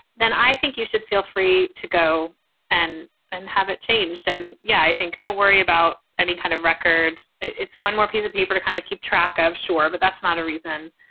then i think you should feel free to go and and have it changed. and yeah, i think don't worry about any kind of record. it's one more piece of paper to kind of keep track, i'm sure. but that's not a reason.